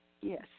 Yes